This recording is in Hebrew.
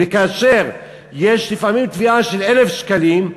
וכאשר יש לפעמים תביעה של 1,000 שקלים,